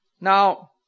Now